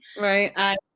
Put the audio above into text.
Right